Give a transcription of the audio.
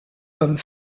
comme